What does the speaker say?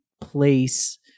place